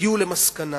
הגיעו למסקנה